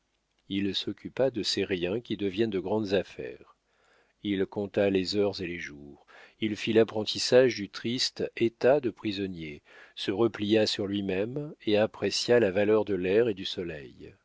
il s'occupa de ces riens qui deviennent de grandes affaires il compta les heures et les jours il fit l'apprentissage du triste état de prisonnier se replia sur lui-même et apprécia la valeur de l'air et du soleil